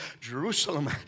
Jerusalem